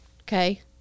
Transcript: Okay